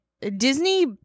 Disney